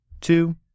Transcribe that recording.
Two